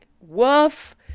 Woof